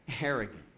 arrogant